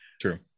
true